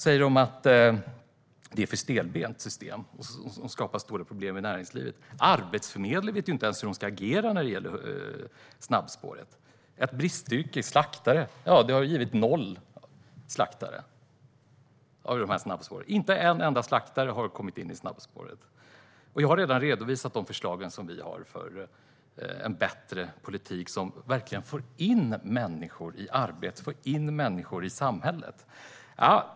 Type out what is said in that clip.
Byggnadsarbetare finns inte med trots att vi har brist på bostäder. Arbetsförmedlingen vet inte ens hur de ska agera när det gäller snabbspåret. Snabbspåret har gett noll slaktare trots att det är ett bristyrke. Inte en enda slaktare har kommit in i snabbspåret. Jag har redan redovisat de förslag som vi har för en bättre politik som verkligen får in människor i arbete och som får in människor i samhället.